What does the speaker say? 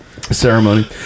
Ceremony